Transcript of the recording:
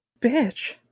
bitch